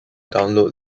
download